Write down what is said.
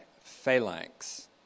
Phalanx